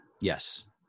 yes